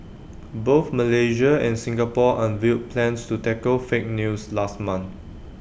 both Malaysia and Singapore unveiled plans to tackle fake news last month